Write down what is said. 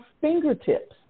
fingertips